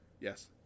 Yes